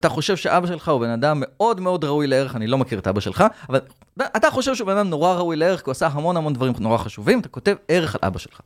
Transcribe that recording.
אתה חושב שאבא שלך הוא בן אדם מאוד מאוד ראוי לערך, אני לא מכיר את אבא שלך, אבל אתה חושב שהוא בן אדם נורא ראוי לערך, כי הוא עשה המון המון דברים נורא חשובים, אתה כותב ערך על אבא שלך.